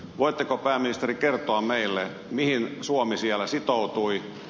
voitteko pääministeri kertoa meille mihin suomi siellä sitoutui